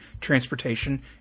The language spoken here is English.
transportation